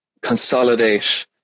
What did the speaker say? consolidate